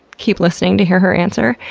keep listening to hear her answer.